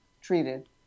treated